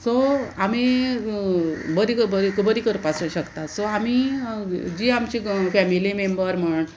so आमी बरी बरी करपा शकता सो आमी जी आमची फॅमिली मेंबर म्हण